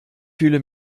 fühle